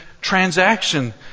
transaction